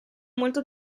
molto